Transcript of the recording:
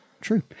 True